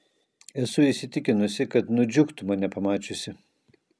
esu įsitikinusi kad nudžiugtų mane pamačiusi